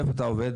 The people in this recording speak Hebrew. מה אתה עושה?